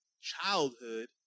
childhood